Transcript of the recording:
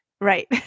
Right